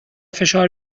فشار